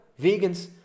Vegans